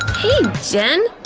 hey, jen!